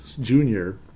junior